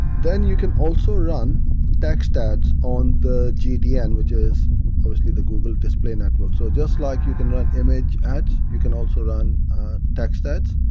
then you can also run text ads on the gdn, which is obviously the google display network. so just like you can run image ads, you can also run text ads.